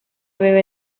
aveva